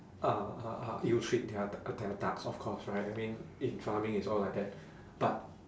uh uh uh ill treat their their ducks of course right I mean in farming it's all like that but